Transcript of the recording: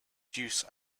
juice